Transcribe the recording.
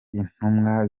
intumwa